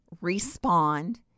respond